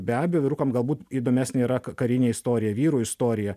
be abejo vyrukam galbūt įdomesnė yra k karinė istorija vyrų istorija